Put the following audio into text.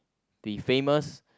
be famous